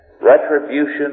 Retribution